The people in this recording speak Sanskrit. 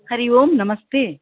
हरिः ओं नमस्ते